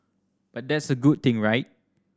but that's a good thing right